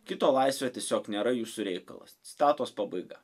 kito laisvė tiesiog nėra jūsų reikalas citatos pabaiga